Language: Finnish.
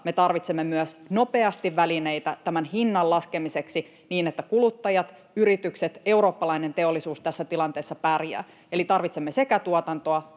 me tarvitsemme myös nopeasti välineitä tämän hinnan laskemiseksi niin, että kuluttajat, yritykset, eurooppalainen teollisuus tässä tilanteessa pärjäävät. Eli tarvitsemme sekä tuotantoa,